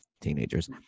teenagers